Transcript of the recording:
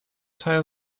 teil